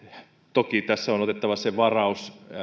toki tässä on otettava se varaus